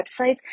websites